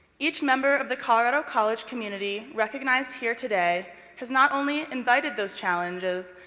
each member of the colorado college community recognized here today has not only invited those challenges,